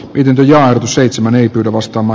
yhden ja seitsemän ei kostamo